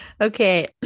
okay